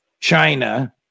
China